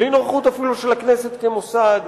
בלי נוכחות אפילו של הכנסת כמוסד,